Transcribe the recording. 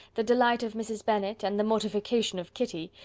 the delight of mrs. bennet, and the mortification of kitty,